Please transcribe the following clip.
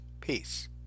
Peace